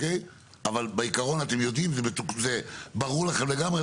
אבל בעיקרון אתם יודעים וזה ברור לכם לגמרי.